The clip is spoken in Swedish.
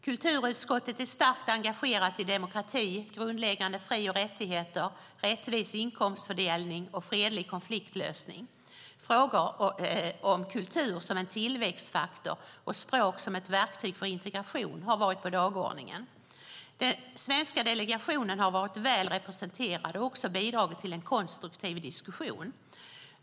Kulturutskottet är starkt engagerat i demokrati, grundläggande fri och rättigheter, rättvis inkomstfördelning och fredlig konfliktlösning. Frågor om kultur som en tillväxtfaktor och språk som ett verktyg för integration har varit på dagordningen. Den svenska delegationen har varit väl representerad och också bidragit till en konstruktiv diskussion.